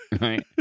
Right